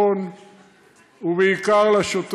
וביום הזה,